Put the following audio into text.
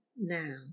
now